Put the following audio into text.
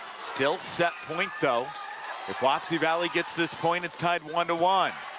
still set point, though if wapsie valley gets this point, it's tied one and one.